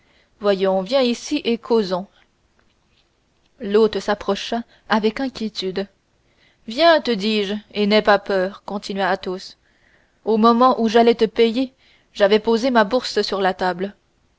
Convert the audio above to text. voyons viens ici et causons l'hôte s'approcha avec inquiétude viens te dis-je et n'aie pas peur continua athos au moment où j'allais te payer j'avais posé ma bourse sur la table